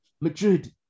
Madrid